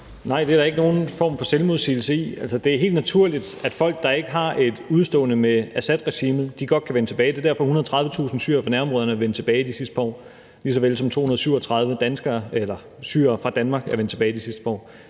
Nej, det er der ikke nogen form for selvmodsigelse i. Altså, det er helt naturligt, at folk, der ikke har et udestående med Assadregimet, godt kan vende tilbage. Det er derfor, at 130.000 syrere fra nærområderne er vendt tilbage de sidste par år, lige så vel som 237 syrere i Danmark er vendt tilbage de sidste par